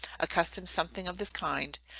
a custom something of this kind,